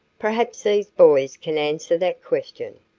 perhaps these boys can answer that question.